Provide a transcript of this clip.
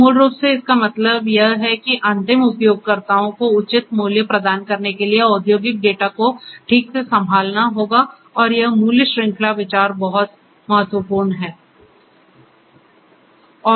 तो मूल रूप से इसका मतलब यह है कि अंतिम उपयोगकर्ताओं को उचित मूल्य प्रदान करने के लिए औद्योगिक डेटा को ठीक से संभालना होगा और यह मूल्य श्रृंखला विचार बहुत महत्वपूर्ण है